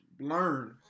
learn